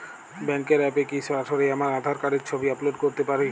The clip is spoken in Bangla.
ব্যাংকের অ্যাপ এ কি সরাসরি আমার আঁধার কার্ডের ছবি আপলোড করতে পারি?